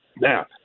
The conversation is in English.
Now